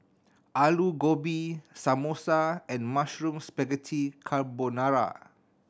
Alu Gobi Samosa and Mushroom Spaghetti Carbonara